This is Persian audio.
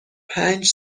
پنج